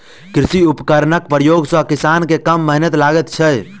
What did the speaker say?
कृषि उपकरणक प्रयोग सॅ किसान के कम मेहनैत लगैत छै